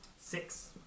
Six